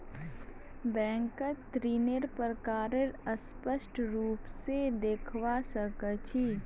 बैंकत ऋन्नेर प्रकारक स्पष्ट रूप से देखवा सके छी